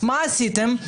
מה עשיתם?